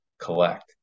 collect